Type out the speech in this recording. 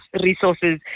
resources